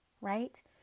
Right